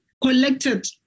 collected